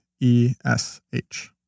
E-S-H